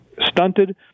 stunted